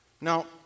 Now